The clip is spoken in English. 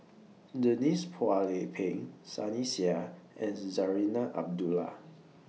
Denise Phua Lay Peng Sunny Sia and Zarinah Abdullah